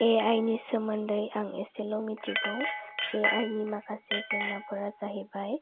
ए आइ नि सोमोन्दै आं इसेल' मिन्थिगौ ए आइ नि माखासे जेंनाफोरा जाहैबाय